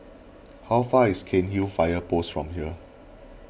how far is Cairnhill Fire Post from here